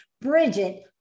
Bridget